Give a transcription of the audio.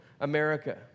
America